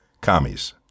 commies